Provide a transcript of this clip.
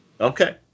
Okay